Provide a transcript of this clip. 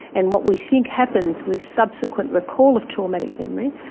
and what we think happens with subsequent recall of traumatic memory,